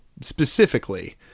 specifically